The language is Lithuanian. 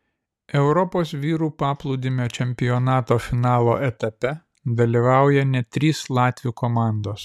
europos vyrų paplūdimio čempionato finalo etape dalyvauja net trys latvių komandos